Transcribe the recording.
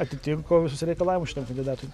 atitiko visus reikalavimus šitam kandidatui